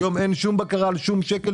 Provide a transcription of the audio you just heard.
היום אין שום בקרה על שום שקל